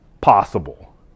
possible